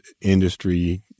industry